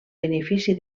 benefici